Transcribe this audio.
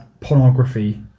pornography